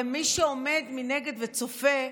למי שעומד מנגד וצופה,